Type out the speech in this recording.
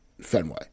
Fenway